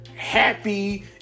happy